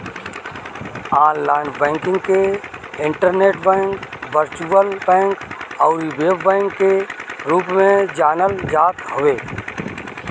online banking के internet bank, virtual bank अउरी web bank के रूप में जानल जात हवे